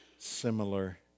Similar